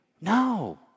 No